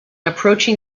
approaching